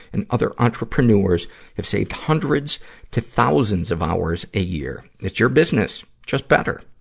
and other entrepreneurs have saved hundreds to thousands of hours a year. it's your business, just better,